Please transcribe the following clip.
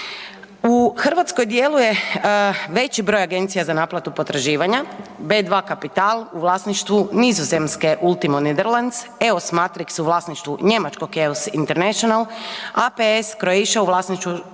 U Hrvatskoj djeluje veći broj agencija za naplatu potraživanja, B2 Kapital u vlasništvu nizozemske Ultima Netherlands, EOS Matrix u vlasništvu njemačkog EOS International, APS Croatia u vlasništvu